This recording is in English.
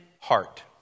heart